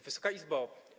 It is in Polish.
Wysoka Izbo!